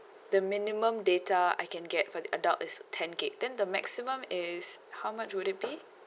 the minimum data I can get for the adult is ten gig then the maximum is how much would it be